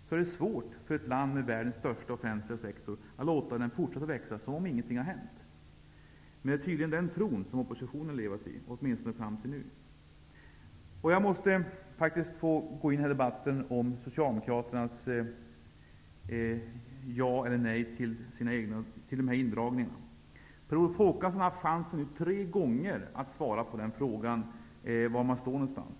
växer, är det svårt för ett land med världens största offentliga sektor att låta den fortsätta att växa som om ingenting har hänt. Men det är tydligen den tron som oppositionen har levt i, åtminstone fram till nu. Jag måste i denna debatt få ta upp Socialdemokraternas ja eller nej till dessa indragningar. Per Olof Håkansson har tre gånger haft möjlighet att svara på frågan var Socialdemokraterna står i detta sammanhang.